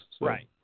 Right